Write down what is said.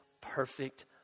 perfect